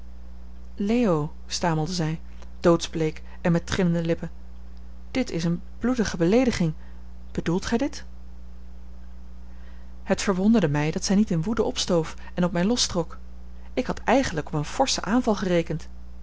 leo stamelde zij doodsbleek en met trillende lippen dit is een bloedige beleediging bedoelt gij dit het verwonderde mij dat zij niet in woede opstoof en op mij lostrok ik had eigenlijk op een forschen aanval gerekend